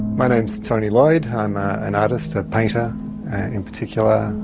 my name is tony lloyd, i'm an artist, a painter in particular.